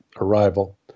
arrival